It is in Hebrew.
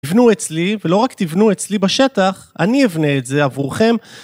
תבנו אצלי ולא רק תבנו אצלי בשטח, אני אבנה את זה עבורכם.